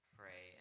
pray